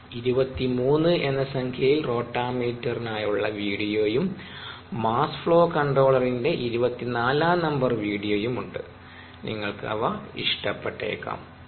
23 എന്ന സംഖ്യയിൽ റോട്ടാമീറ്ററിനായുള്ള വീഡിയോയും മാസ്സ് ഫ്ലോ കൺട്രോളറിന്റ്റെ 24 ാം നമ്പർ വീഡിയോയും ഉണ്ട് നിങ്ങൾക്ക് അവ ഇഷ്ടപ്പെട്ടേക്കാം